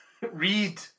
read